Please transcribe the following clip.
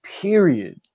period